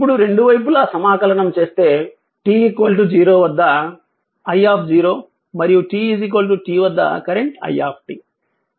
ఇప్పుడు రెండు వైపులా సమాకలనం చేస్తే t 0 వద్ద కరెంట్ i మరియు t t వద్ద కరెంట్ i